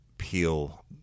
peel